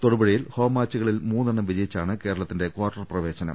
തൊടു പുഴയിൽ ഹോം മാചുകളിൽ മൂന്നെണ്ണം വിജയിച്ചാണ് കേരളത്തിന്റെ കാർട്ടർ പ്രവേശനം